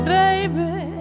baby